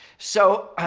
so,